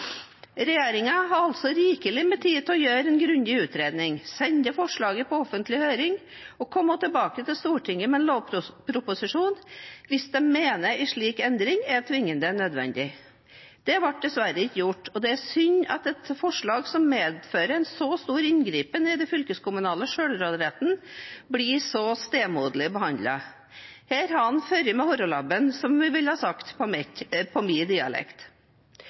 å gjøre en grundig utredning, sende forslaget på offentlig høring og komme tilbake til Stortinget med en lovproposisjon hvis de mener en slik endring er tvingende nødvendig. Det ble dessverre ikke gjort, og det er synd at et forslag som medfører en så stor inngripen i den fylkeskommunale selvråderetten, blir så stemoderlig behandlet. Her har en fart over med harelabben, som vi ville sagt på